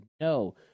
No